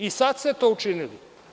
I sad ste to učinili.